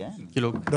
לא,